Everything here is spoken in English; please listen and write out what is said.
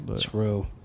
true